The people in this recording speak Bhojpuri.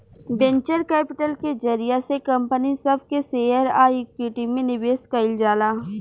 वेंचर कैपिटल के जरिया से कंपनी सब के शेयर आ इक्विटी में निवेश कईल जाला